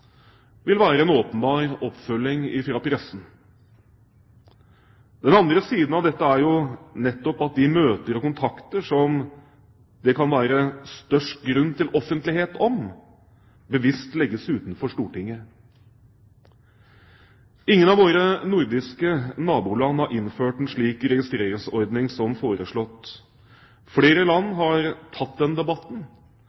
vil være en åpenbar oppfølging fra pressen. Den andre siden av dette er jo nettopp at de møter og kontakter som det kan være størst grunn til offentlighet om, bevisst legges utenfor Stortinget. Ingen av våre nordiske naboland har innført en slik registreringsordning som foreslått. Flere land